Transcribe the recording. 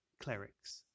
clerics